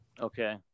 Okay